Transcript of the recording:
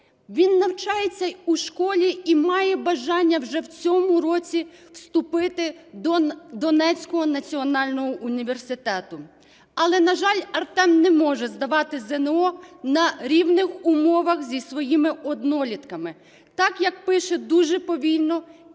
Він навчається у школі і має бажання уже в цьому році вступити до Донецького національного університету. Але, на жаль, Артем не може здавати ЗНО на рівних умовах зі своїми однолітками, так як пише дуже повільно